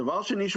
הדבר השני הוא